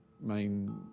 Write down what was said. main